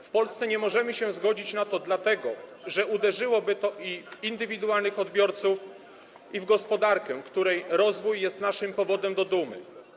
W Polsce nie możemy się zgodzić na to dlatego, że uderzyłoby to i w indywidualnych odbiorców, i w gospodarkę, której rozwój jest naszym powodem do dumy.